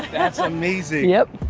that's amazing. yep.